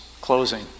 closing